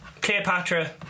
Cleopatra